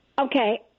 Okay